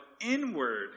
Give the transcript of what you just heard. inward